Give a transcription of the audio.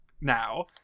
now